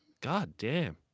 Goddamn